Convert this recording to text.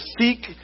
seek